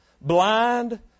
blind